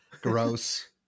Gross